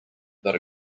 but